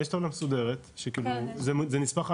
יש טבלה מסודרת שכאילו זה נספח,